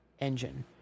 Engine